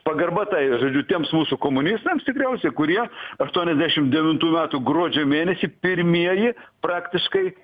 pagarba tai žodžiu tiems mūsų komunistams tikriausiai kurie aštuoniasdešim devintųjų metų gruodžio mėnesį pirmieji praktiškai